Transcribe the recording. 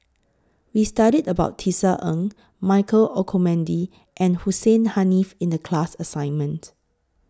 We studied about Tisa Ng Michael Olcomendy and Hussein Haniff in The class assignment